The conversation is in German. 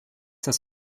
das